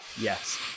yes